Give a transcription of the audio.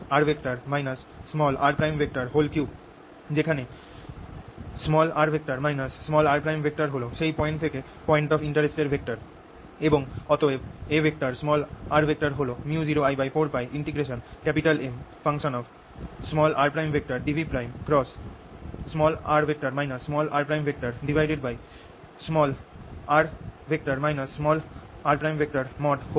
3 যেখানে r r হল সেই পয়েন্ট থেকে পয়েন্ট অফ ইন্টারেস্ট এর ভেক্টর এবং অতএব Ar হল µ0I4πMr dVr r